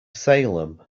salem